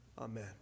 Amen